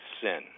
sin